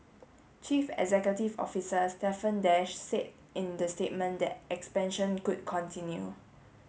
chief executive officer Stephen Dash said in the statement that expansion could continue